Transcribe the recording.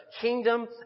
Kingdom